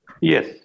Yes